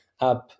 app